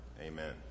Amen